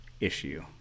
issue